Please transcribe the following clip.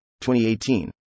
2018